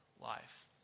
life